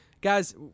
Guys